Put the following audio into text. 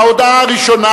וההודעה הראשונה,